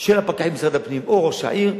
של הפקחים במשרד הפנים או לראש העיר.